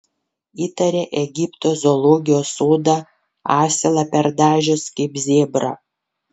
įtaria egipto zoologijos sodą asilą perdažius kaip zebrą